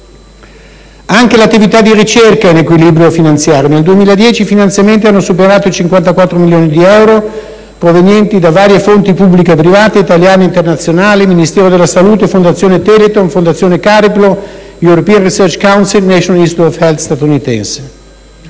Anche l'attività di ricerca è in equilibrio finanziario: nel 2010 i finanziamenti hanno superato i 54 milioni di euro, provenienti da varie fonti pubbliche e private, italiane e internazionali, come il Ministero della salute, la fondazione Telethon, la fondazione Cariplo, l'European research council e il National istitute of health statunitense.